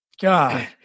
God